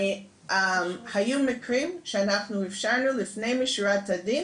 היו מקרים שאנחנו אפשרנו לפנים משורת הדין